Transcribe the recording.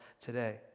today